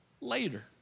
later